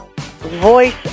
Voice